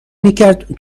میکرد